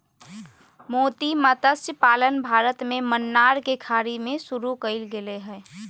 मोती मतस्य पालन भारत में मन्नार के खाड़ी में शुरु कइल गेले हल